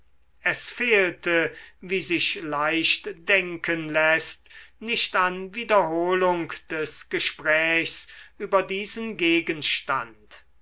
es fehlte wie sich leicht denken läßt nicht an wiederholung des gesprächs über diesen gegenstand